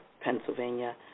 Pennsylvania –